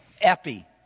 Epi